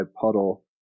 puddle